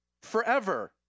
forever